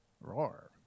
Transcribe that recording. Roar